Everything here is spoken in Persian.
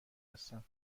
هستم